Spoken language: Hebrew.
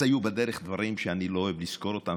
אז היו בדרך דברים שאני לא אוהב לזכור אותם,